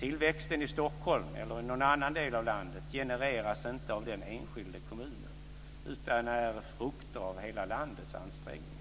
Tillväxten i Stockholm eller i någon annan del av landet genereras inte av den enskilda kommunen utan är frukter av hela landets ansträngningar.